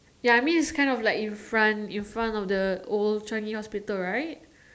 ya I mean it's kind of like in front in front of the old Changi hospital right